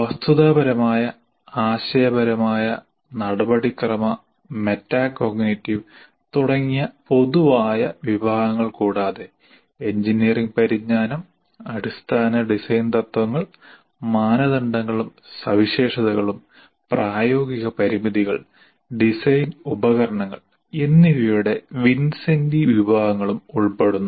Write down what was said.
വസ്തുതാപരമായ ആശയപരമായ നടപടിക്രമ മെറ്റാകോഗ്നിറ്റീവ് തുടങ്ങിയ പൊതുവായ വിഭാഗങ്ങൾ കൂടാതെ എഞ്ചിനീയറിംഗ് പരിജ്ഞാനം അടിസ്ഥാന ഡിസൈൻ തത്വങ്ങൾ മാനദണ്ഡങ്ങളും സവിശേഷതകളും പ്രായോഗിക പരിമിതികൾ ഡിസൈൻ ഉപകരണങ്ങൾ എന്നിവയുടെ വിൻസെന്റി വിഭാഗങ്ങളും ഉൾപ്പെടുന്നു